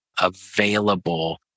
available